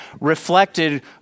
Reflected